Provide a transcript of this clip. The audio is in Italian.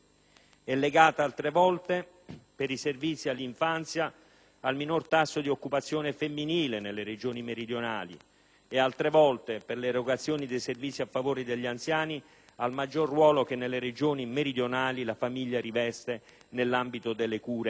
per i servizi all'infanzia, al minor tasso di occupazione femminile nelle Regioni meridionali, e altre volte ancora, per l'erogazione dei servizi a favore degli anziani, al maggior ruolo che nelle Regioni meridionali la famiglia riveste nell'ambito delle cure agli anziani stessi.